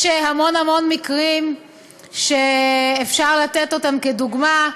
יש המון המון מקרים שאפשר לתת אותם כדוגמה,